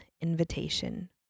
Invitation